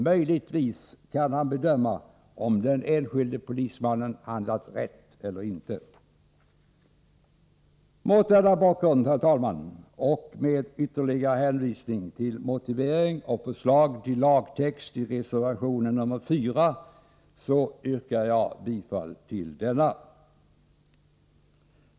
Möjligtvis kan han bedöma om den enskilde polismannen handlat rätt eller inte. Mot denna bakgrund, herr talman, och med ytterligare hänvisning till motivering och förslag till lagtext i reservation 4 yrkar jag bifall till denna.